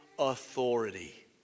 authority